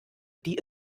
die